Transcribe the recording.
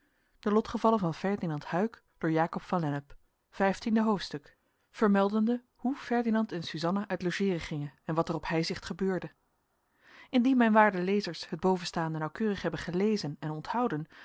vijftiende hoofdstuk vermeldende hoe ferdinand en suzanna uit logeeren gingen en wat er op heizicht gebeurde indien mijn waarde lezers het bovenstaande nauwkeurig hebben gelezen en onthouden